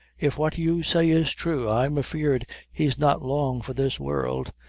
if what you say is true, i'm afeared he's not long for this world,